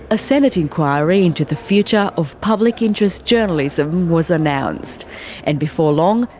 a senate inquiry into the future of public interest journalism was announcedand and before long,